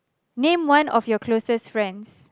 name one of you closest friends